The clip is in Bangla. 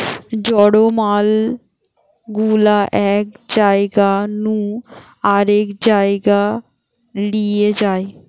জড় মাল গুলা এক জায়গা নু আরেক জায়গায় লিয়ে যায়